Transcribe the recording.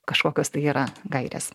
kažkokios tai yra gairės